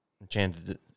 Enchanted